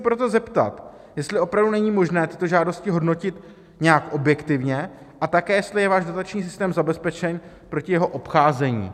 Chci se proto zeptat, jestli opravdu není možné tyto žádosti hodnotit nějak objektivně, a také jestli je váš dotační systém zabezpečen proti jeho obcházení.